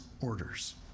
orders